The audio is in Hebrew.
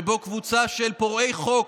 שבו קבוצה של פורעי חוק,